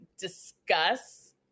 discuss